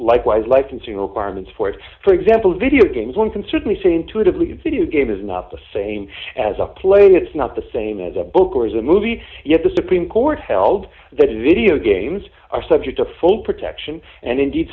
likewise licensing requirements for it for example video games one can certainly say intuitively can see a game is not the same as a play it's not the same as a book or as a movie yet the supreme court held that video games are subject to full protection and indeed